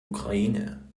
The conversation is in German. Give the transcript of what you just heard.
ukraine